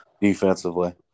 defensively